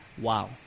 wow